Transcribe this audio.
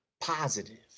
Positive